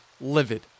livid